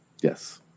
Yes